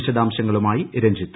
വിശദാംശങ്ങളുമായി രഞ്ജിത്